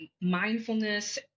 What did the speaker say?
mindfulness